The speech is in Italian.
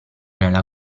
nella